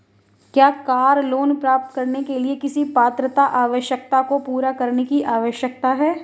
क्या car loan प्राप्त करने के लिए किसी पात्रता आवश्यकता को पूरा करने की आवश्यकता है?